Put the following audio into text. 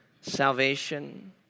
salvation